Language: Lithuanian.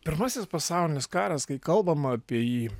pirmasis pasaulinis karas kai kalbama apie jį